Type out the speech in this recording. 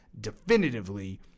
definitively